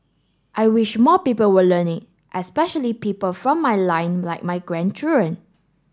I wish more people will learn it especially people from my line like my grandchildren